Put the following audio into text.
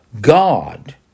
God